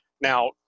Now